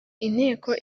inteko